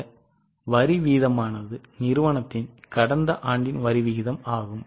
இந்த வரி வீதமானது நிறுவனத்தின் கடந்த ஆண்டின் வரி விகிதம் ஆகும்